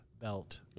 belt